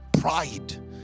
pride